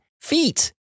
Feet